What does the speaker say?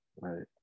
Right